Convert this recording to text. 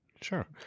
Sure